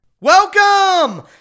Welcome